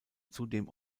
zudem